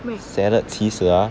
salad 其实 ah